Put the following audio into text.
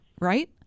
right